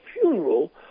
funeral